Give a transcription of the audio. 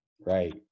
right